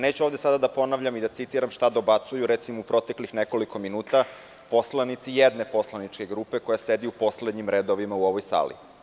Neću ovde sada da ponavljam i da citiram šta dobacuju, recimo u proteklih nekoliko minuta, poslanici jedne poslaničke grupe, koja sedi u poslednjim redovima u ovoj sali.